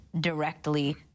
directly